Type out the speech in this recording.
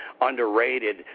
underrated